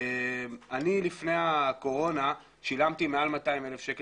לפני הקורונה שילמתי מעל 200,000 שקלים